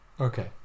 Okay